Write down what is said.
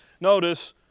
Notice